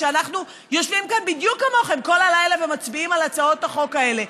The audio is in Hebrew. כשאנחנו יושבים כאן בדיוק כמוכם כל הלילה ומצביעים על הצעות החוק האלה.